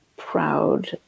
proud